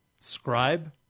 Scribe